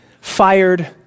Fired